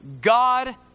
God